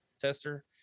tester